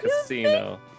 casino